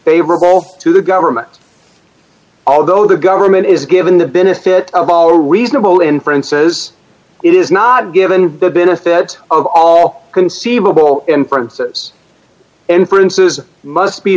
favorable to the government although the government is given the benefit of all reasonable inferences it is not given the benefit of all conceivable and princes and princes must be